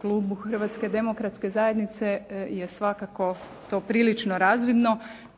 klubu Hrvatske demokratske zajednice je svakako to prilično razvidno